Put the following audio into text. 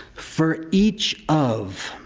for each of.